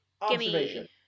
Observation